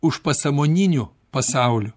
užpasamoniniu pasauliu